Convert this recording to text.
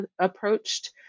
approached